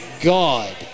God